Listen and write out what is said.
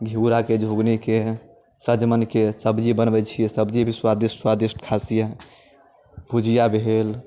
घिउराके झूँगनीके सजमनिके सब्जी बनबै छियै सब्जी भी स्वादिष्ट स्वादिष्ट खाइ छियै भुजिया भेल